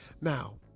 Now